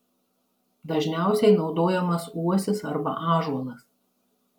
dažniausiai naudojamas uosis arba ąžuolas